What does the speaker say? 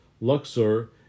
Luxor